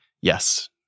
Yes